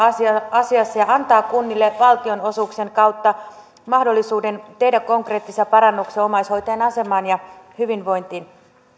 asiassa ja antaa kunnille valtionosuuksien kautta mahdollisuuden tehdä konkreettisia parannuksia omaishoitajan asemaan ja hyvinvointiin